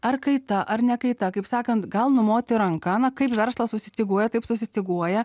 ar kaita ar ne kaita kaip sakant gal numoti ranka na kaip verslas susistyguoja taip susistyguoja